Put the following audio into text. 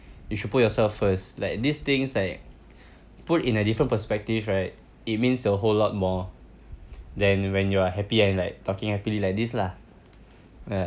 you should put yourself first like these things like put in a different perspective right it means a whole lot more than when you're happy and like talking happily like this lah uh then how about you